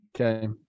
okay